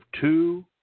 two